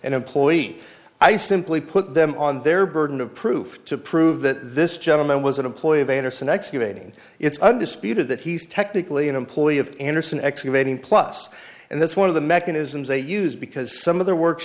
an employee i simply put them on their burden of proof to prove that this gentleman was an employee of andersen excavating it's undisputed that he's technically an employee of andersen excavating plus and that's one of the mechanisms they use because some of their works